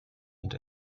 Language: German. und